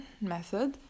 method